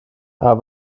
aber